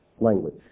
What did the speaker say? language